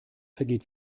vergeht